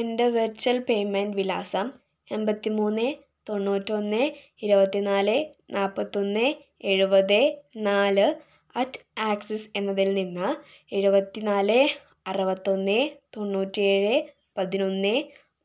എൻ്റെ virtual payment വിലാസം എൺപത്തി മൂന്ന് തൊണ്ണൂറ്റി ഒന്ന് ഇരുപത്തി നാല് നാൽപത്തി ഒന്ന് എഴുപത് നാല് അറ്റ് ആക്സിസ് എന്നതിൽ നിന്ന് എഴുപത്തി നാല് അറുപത്തി ഒന്ന് തൊണ്ണൂറ്റി ഏഴ് പതിനൊന്ന്